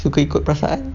suka ikut perasaan